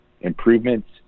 improvements